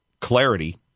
clarity